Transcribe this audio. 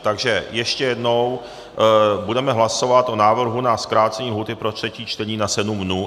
Takže ještě jednou, budeme hlasovat o návrhu na zkrácení lhůty pro třetí čtení na sedm dnů.